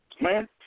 man